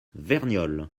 verniolle